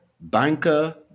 banker